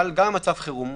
אבל גם במצב חירום,